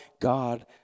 God